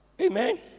Amen